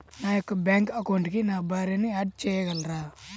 నా యొక్క బ్యాంక్ అకౌంట్కి నా భార్యని యాడ్ చేయగలరా?